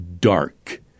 dark